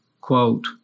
quote